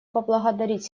поблагодарить